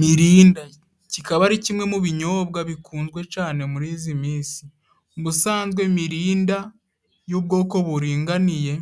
Mirinda kikaba ari kimwe mu binyobwa bikunzwe cane muri izi minsi. Ubusanzwe mirinda y'ubwoko buringaniye